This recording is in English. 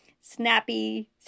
snappy